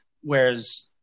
Whereas